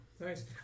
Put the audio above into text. Nice